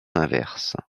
inverse